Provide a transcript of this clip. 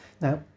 now